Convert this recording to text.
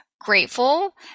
grateful